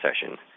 session